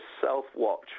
self-watch